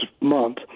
month